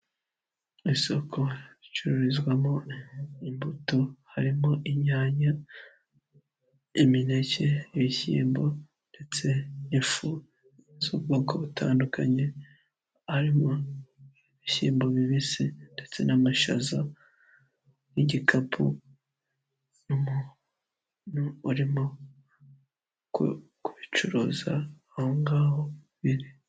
Isoko ricururizwamo imbuto harimo inyanya, imineke, ibishyimbo ndetse n'ifu z'ubwoko butandukanye, harimo ibishyimbo bibisi ndetse n'amashaza n'igikapu n'umuntu uri kubicuruza ahongaho biri.